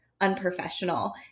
unprofessional